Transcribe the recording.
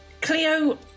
Cleo